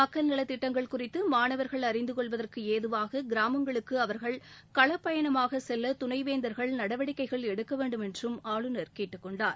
மக்கள் நலத் திட்டங்கள் குறித்து மாணவர்கள் அறிந்து கொள்வதற்கு ஏதுவாக கிராமங்களுக்கு அவர்கள் களப் பயணமாக செல்ல துணைவேந்தர்கள் நடவடிக்கைகள் எடுக்க வேண்டுமென்றும் ஆளுநர் கேட்டுக் கொண்டார்